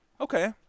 okay